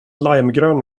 limegrön